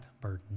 burden